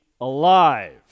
alive